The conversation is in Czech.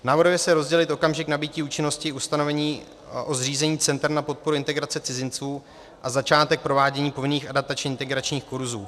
Navrhuje se rozdělit okamžik nabytí účinnosti ustanovení o zřízení center na podporu integrace cizinců a začátek provádění povinných adaptačně integračních kurzů.